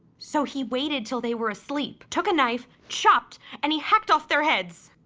so he waited till they were asleep, took a knife chopped, and he hacked off their heads.